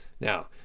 Now